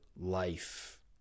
life